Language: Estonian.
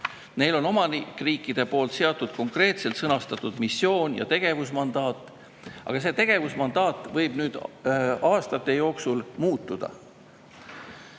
Neile on omanikriigid seadnud konkreetselt sõnastatud missiooni ja tegevusmandaadi, aga see tegevusmandaat võib aastate jooksul muutuda.